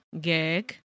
gig